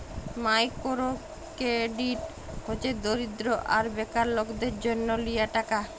micro credit হছে দরিদ্য আর বেকার লকদের জ্যনহ লিয়া টাকা